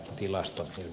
tietoja